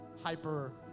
hyper